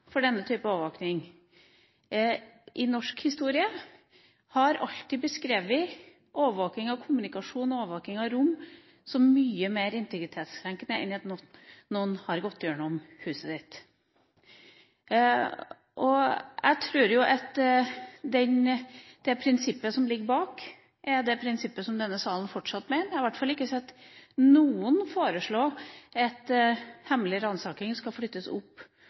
for denne type overvåking i norsk historie, alltid beskrevet overvåking av kommunikasjon og overvåking av rom som mye mer integritetskrenkende enn at noen har gått gjennom huset. Jeg tror at det prinsippet som ligger bak, er det prinsippet denne salen fortsatt støtter. Jeg har i hvert fall ikke sett noen foreslå at hemmelig ransaking skal flyttes opp